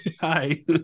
Hi